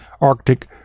Arctic